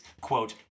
Quote